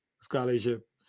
Scholarship